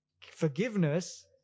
forgiveness